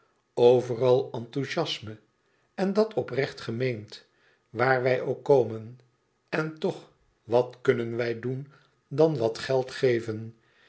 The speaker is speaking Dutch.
overal enthouziasme en dat oprecht gemeend waar wij ook komen en toch wat kunnen wij doen dan wat geld geven